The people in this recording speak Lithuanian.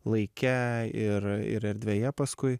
laike ir ir erdvėje paskui